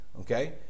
Okay